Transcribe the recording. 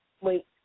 Wait